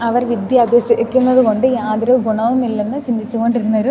അവർ വിദ്യ അഭ്യസിക്കുന്നതുകൊണ്ട് യാതൊരു ഗുണവുമില്ലെന്ന് ചിന്തിച്ചുകൊണ്ടിരുന്നൊരു